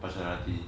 personality